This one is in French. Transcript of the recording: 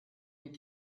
les